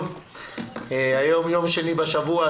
היום יום שני בשבוע,